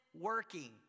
working